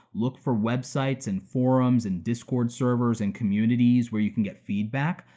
look for websites and forums and discord servers, and communities where you can get feedback,